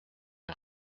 est